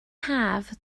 haf